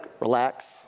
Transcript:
relax